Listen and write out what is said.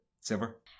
Silver